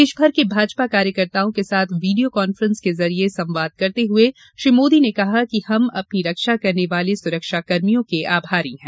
देश भर के भाजपा कार्यकर्ताओं के साथ वीडियो कॉन्फ्रेंस के जरिए संवाद करते हुए श्री मोदी ने कहा कि हम अपनी रक्षा करने वाले सुरक्षाकर्मियों के आभारी हैं